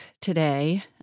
today